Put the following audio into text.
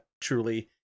truly